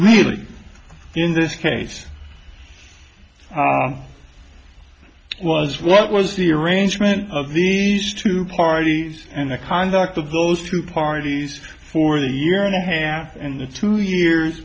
really in this case well as what was the arrangement of the two parties and the conduct of those two parties for the year and a half and the two years